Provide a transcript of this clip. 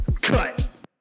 Cut